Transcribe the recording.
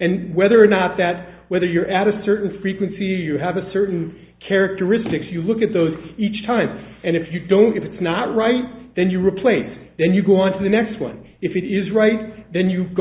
and whether or not that whether you're at a certain frequency you have a certain characteristics you look at those each time and if you don't get it's not right then you replace then you go on to the next one if it is right then you go